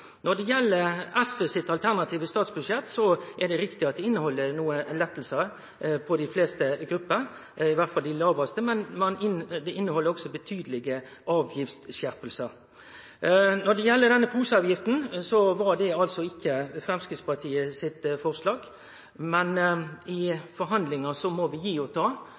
Når det gjeld det alternative statsbudsjettet til SV, er det riktig at det inneheld nokre lettar for dei fleste gruppene, iallfall dei med lågast inntekt, men det inneheld også betydelege avgiftsskjerpingar. Når det gjeld denne poseavgifta, kom altså ikkje det forslaget frå Framstegspartiet. Men i forhandlingar må vi